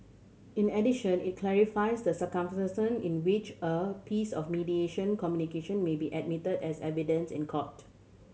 in addition it clarifies the circumstance in which a piece of mediation communication may be admitted as evidence in court